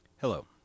Hello